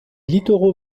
littoraux